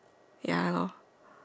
ya lor